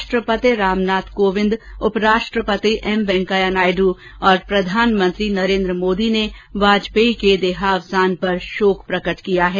राष्ट्रपति रामनाथ कोविंद उप राष्ट्रपति एम वैंकया नायडू और प्रधानमंत्री नरेन्द्र मोदी ने वाजपेयी के देहावसान पर शोक प्रकट किया है